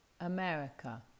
America